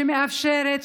שמאפשרת,